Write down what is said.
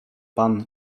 pan